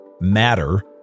matter